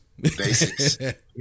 Basics